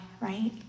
right